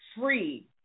free